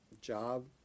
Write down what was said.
job